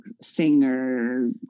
singer